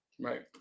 Right